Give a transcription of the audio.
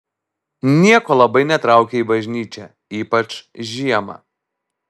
nieko labai netraukia į bažnyčią ypač žiemą